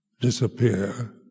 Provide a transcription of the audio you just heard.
disappear